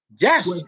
Yes